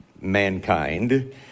mankind